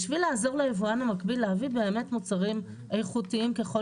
בשביל לעזור ליבואן המקביל להביא באמת מוצרים איכותיים ככל